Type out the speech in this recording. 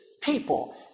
people